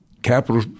capital